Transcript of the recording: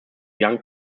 young